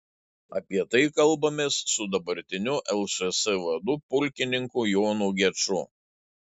apie tai kalbamės su dabartiniu lšs vadu pulkininku jonu geču